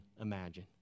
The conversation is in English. imagine